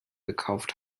gekauft